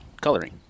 coloring